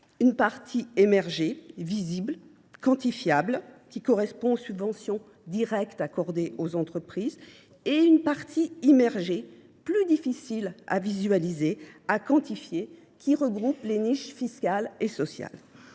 la partie émergée, visible et quantifiable, correspond aux subventions directes accordées aux entreprises ; la partie immergée, plus difficile à visualiser et à quantifier, regroupe les niches fiscales et sociales.